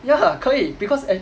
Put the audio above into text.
ya 可以 because a~